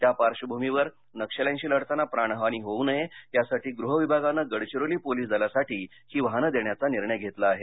त्या पार्वभूमीवर नक्षल्यांशी लढताना प्राणहानी होऊ नये यासाठी गृह विभागानं गडचिरोली पोलिस दलासाठी ही वाहनं देण्याचा निर्णय घेतला आहे